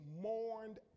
mourned